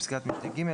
בפסקת משנה (ג),